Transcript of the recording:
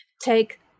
take